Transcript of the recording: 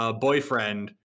boyfriend